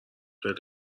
خیلی